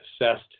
assessed